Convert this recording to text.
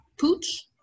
pooch